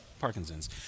Parkinson's